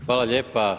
Hvala lijepa.